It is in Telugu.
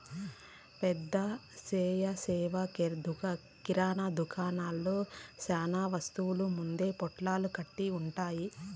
పెద్ద స్వీయ సేవ కిరణా దుకాణంలో చానా వస్తువులు ముందే పొట్లాలు కట్టి ఉంటాయి